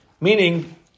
Meaning